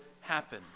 happen